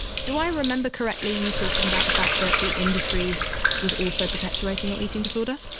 do i remember correctly you talking about the fact that the industry was also perpetuating your eating disorder?